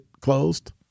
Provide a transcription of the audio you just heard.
closed